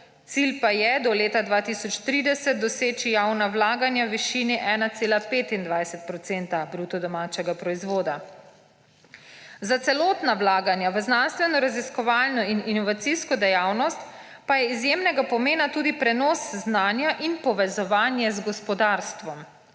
cilj pa je do leta 2030 doseči javna vlaganja v višini 1,25 % bruto domačega proizvoda. Za celotna vlaganja v znanstvenoraziskovalno in inovacijsko dejavnost pa je izjemnega pomena tudi prenos znanja in povezovanje z gospodarstvom.